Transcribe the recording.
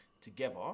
together